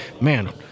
man